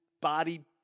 body